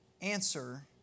answer